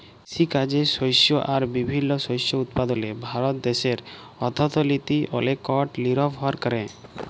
কিসিকাজে শস্য আর বিভিল্ল্য শস্য উৎপাদলে ভারত দ্যাশের অথ্থলিতি অলেকট লিরভর ক্যরে